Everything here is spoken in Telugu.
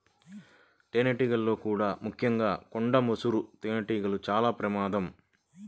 తేనెటీగల్లో కూడా ముఖ్యంగా కొండ ముసురు తేనెటీగలతో చాలా ప్రమాదం